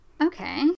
Okay